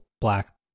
black